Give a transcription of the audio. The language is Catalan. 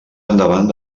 endavant